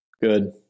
good